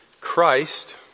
Christ